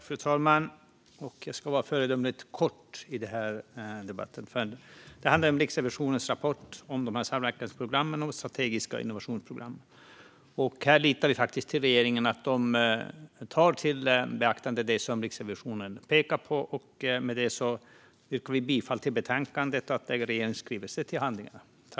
Fru talman! Jag ska vara föredömligt kortfattad i denna ärendedebatt. Den handlar om Riksrevisionens rapport om samverkansprogram och strategiska innovationsprogram. Här litar vi faktiskt på att regeringen tar det som Riksrevisionen pekar på i beaktande. Därmed yrkar jag bifall till förslaget i betänkandet om att lägga regeringens skrivelse till handlingarna.